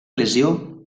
lesió